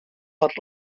per